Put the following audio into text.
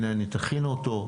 תכין אותו,